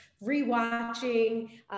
re-watching